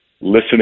listening